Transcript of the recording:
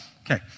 Okay